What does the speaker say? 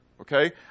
okay